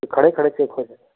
कि खड़े खड़े चेक हो जाएगा